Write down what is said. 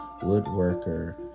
woodworker